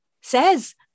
says